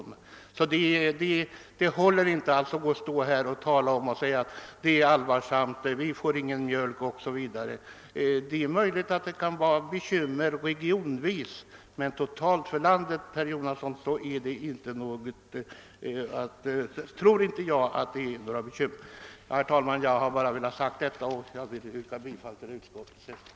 Det går alltså inte att påstå att läget är allvarligt och att vi inte får en tillräcklig tillgång på mjölk o.s.v. Det är möjligt att det kan finnas bekymmer inom vissa regioner, men jag tror inte det gäller för landet i dess helhet. Herr talman! Med det sagda ber jag att få yrka bifall till utskottets hemställan.